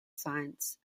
science